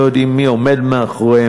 לא יודעים מי עומד מאחוריהם,